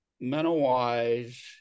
mental-wise